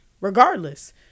Regardless